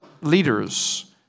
leaders